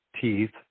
teeth